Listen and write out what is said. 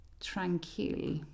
Tranquil